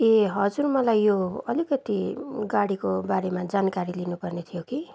ए हजुर मलाई यो अलिकति गाडीको बारेमा जानकारी लिनु पर्ने थियो कि